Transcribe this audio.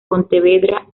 pontevedra